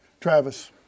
Travis